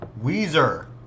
Weezer